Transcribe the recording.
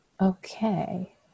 Okay